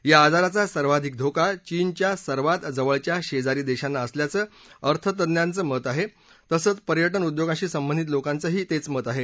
या आजाराचा सर्वाधिक धोका चीनच्या सर्वात जवळच्या शेजारी देशांना असल्याचं अर्थतज्ञांचं तसंच पर्यटन उद्योगाशी संबंधित लोकांचं म्हणणं आहे